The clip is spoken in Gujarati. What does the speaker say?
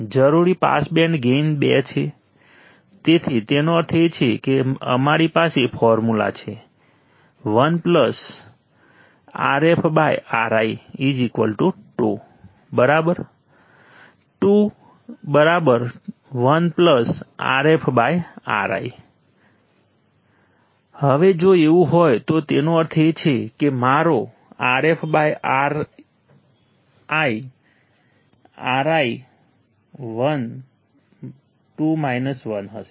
જરૂરી પાસ બેન્ડ ગેઇન 2 છે તેથી તેનો અર્થ એ છે કે અમારી પાસે ફોર્મ્યુલા છે 1 Rf Ri 2 બરાબર 2 1 Rf Ri હવે જો એવું હોય તો તેનો અર્થ એ છે કે મારો Rf Ri Ri 1 2 1 હશે